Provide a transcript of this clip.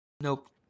nope